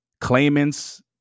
claimants